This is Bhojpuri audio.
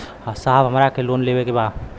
साहब हमरा के लोन लेवे के बा